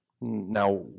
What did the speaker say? Now